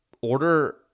order